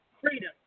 Freedom